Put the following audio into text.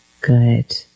Good